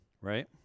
Right